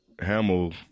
Hamill